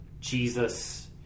Jesus